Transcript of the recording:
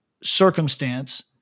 circumstance